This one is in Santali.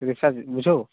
ᱨᱤᱥᱟᱨᱪ ᱵᱩᱡᱷᱟ ᱣ